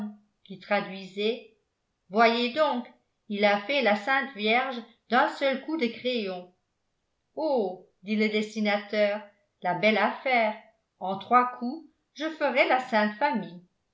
qui traduisait voyez donc il a fait la sainte vierge d'un seul coup de crayon oh dit le dessinateur la belle affaire en trois coups je ferais la sainte famille